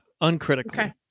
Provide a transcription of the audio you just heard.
uncritically